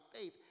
faith